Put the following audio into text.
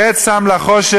קץ שם לחושך,